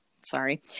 sorry